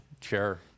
Sure